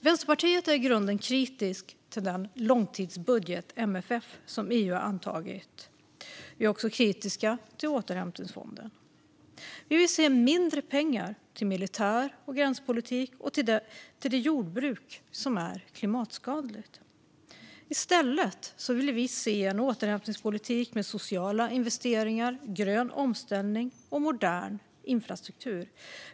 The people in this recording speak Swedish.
Vänsterpartiet är i grunden kritiskt till den långtidsbudget, MFF, som EU har antagit. Vi är också kritiska till återhämtningsfonden. Vi vill se mindre pengar till militär och gränspolitik och till det jordbruk som är klimatskadligt. I stället vill vi se en återhämtningspolitik med sociala investeringar, grön omställning och modern infrastruktur.